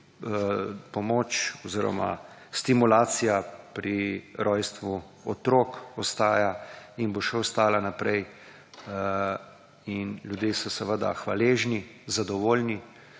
pomoč oziroma stimulacija pri rojstvu otrok ostaja in bo še ostala naprej. In ljudje so seveda hvaležni, zadovoljni